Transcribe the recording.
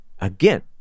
again